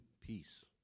peace